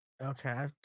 okay